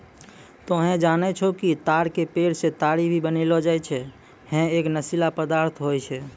तोहं जानै छौ कि ताड़ के पेड़ सॅ ताड़ी भी बनैलो जाय छै, है एक नशीला द्रव्य होय छै